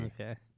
Okay